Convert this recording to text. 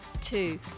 Two